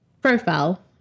profile